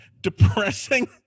depressing